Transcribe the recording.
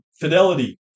Fidelity